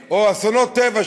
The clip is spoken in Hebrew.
או באסונות טבע,